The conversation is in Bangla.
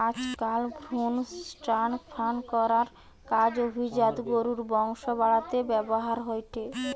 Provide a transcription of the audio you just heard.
আজকাল ভ্রুন ট্রান্সফার করার কাজ অভিজাত গরুর বংশ বাড়াতে ব্যাভার হয়ঠে